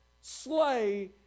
slay